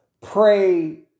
pray